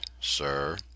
sir